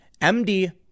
MD